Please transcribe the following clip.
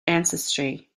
ancestry